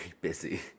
busy